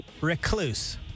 recluse